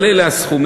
אבל אלה הסכומים.